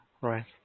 Right